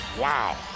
Wow